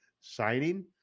signing